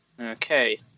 Okay